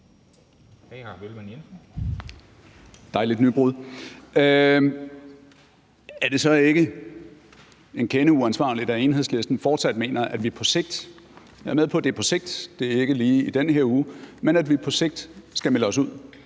Er det så ikke en kende uansvarligt, at Enhedslisten fortsat mener, at vi på sigt – jeg er med